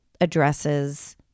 addresses